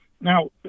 Now